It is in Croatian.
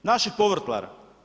Naših povrtlara.